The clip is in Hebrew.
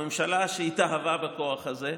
הממשלה, שהתאהבה בכוח הזה,